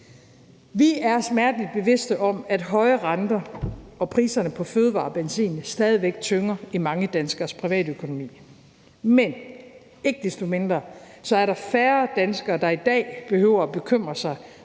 Vi er smertelig bevidst om, at høje renter og priserne på fødevarer og benzin stadig væk tynger i mange danskeres privatøkonomi, men ikke desto mindre er der færre danskere, der i dag behøver at bekymre sig